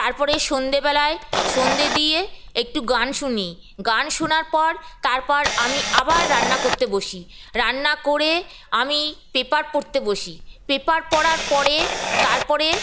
তারপরে সন্ধ্যাবেলায় সন্ধ্যা দিয়ে একটু গান শুনি গান শোনার পর তারপর আমি আবার রান্না করতে বসি রান্না করে আমি পেপার পড়তে বসি পেপার পড়ার পরে তারপরে